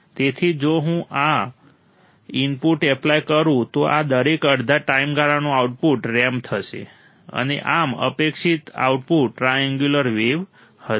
તેથી જો હું આ ઇનપુટ એપ્લાય કરું તો આ દરેક અડધા ટાઈમગાળાનું આઉટપુટ રેમ્પ્ડ થશે અને આમ અપેક્ષિત આઉટપુટ ટ્રાએન્ગ્યુલર વેવ હશે